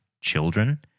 children